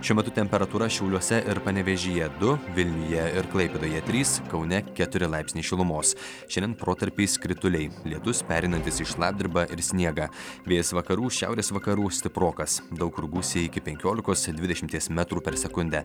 šiuo metu temperatūra šiauliuose ir panevėžyje du vilniuje ir klaipėdoje trys kaune keturi laipsniai šilumos šiandien protarpiais krituliai lietus pereinantis į šlapdribą ir sniegą vėjas vakarų šiaurės vakarų stiprokas daug kur gūsiai iki penkiolikos dvidešimties metrų per sekundę